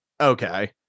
Okay